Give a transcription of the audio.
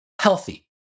healthy